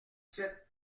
sept